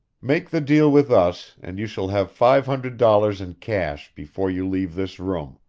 make the deal with us, and you shall have five hundred dollars in cash before you leave this room,